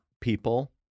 people